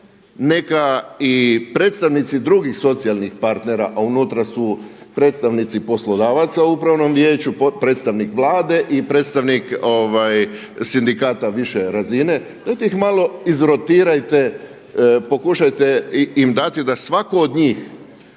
neka i predstavnici drugih socijalnih partnera, a unutra su predstavnici poslodavaca u Upravnom vijeću, podpredstavnik Vlade i predstavnik sindikata više razine. Dajte ih malo izrotirajte, pokušajte im dati da svaku od njih